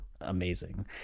amazing